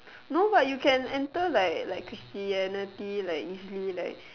no but you can enter like like Christianity like miss Lee like